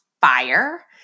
fire